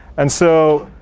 and so,